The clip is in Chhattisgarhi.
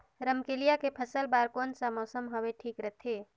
रमकेलिया के फसल बार कोन सा मौसम हवे ठीक रथे?